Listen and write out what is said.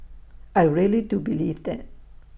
I really do believe that